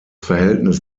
verhältnis